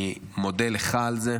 אני מודה לך על זה.